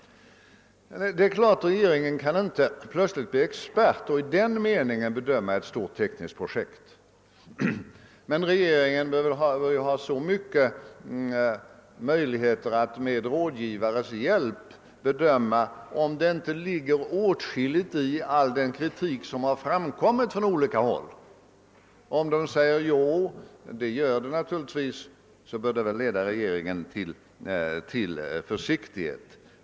Det är klart att regeringen inte plötsligt kan bli expert och i den meningen bedöma ett stort tekniskt projekt. Men regeringen bör dock ha möjligheter att med hjälp av rådgivare bedöma om det inte ligger åtskilligt i all den kritik som framkommit från olika håll. Om rådgivarna bekräftar att så är fallet, bör det leda regeringen till försiktighet.